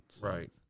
Right